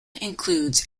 includes